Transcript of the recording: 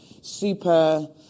super